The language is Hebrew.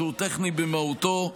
שהוא טכני במהותו,